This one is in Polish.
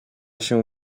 się